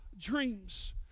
dreams